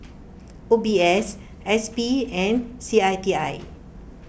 O B S S P and C I T I